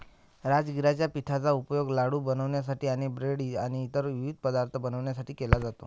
राजगिराच्या पिठाचा उपयोग लाडू बनवण्यासाठी आणि ब्रेड आणि इतर विविध पदार्थ बनवण्यासाठी केला जातो